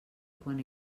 quan